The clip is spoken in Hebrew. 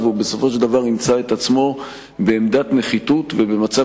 ובסופו של דבר הוא ימצא את עצמו בעמדת נחיתות ובמצב